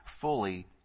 fully